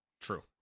true